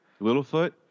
Littlefoot